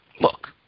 look